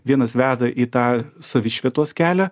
vienas veda į tą savišvietos kelią